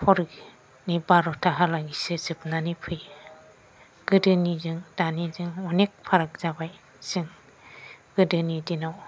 हरनि बार'था हालागैसो जोबनानै फैयो गोदोनिजों दानिजों अनेक फाराग जाबाय जों गोदोनि दिनाव